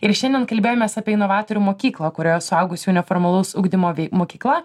ir šiandien kalbėjomės apie inovatorių mokyklą kurioje suaugusiųjų neformalaus ugdymo vei mokykla